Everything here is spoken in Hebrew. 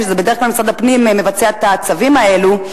בדרך כלל משרד הפנים מבצע את הצווים האלו,